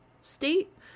state